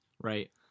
right